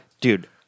dude